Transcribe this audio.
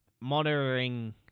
monitoring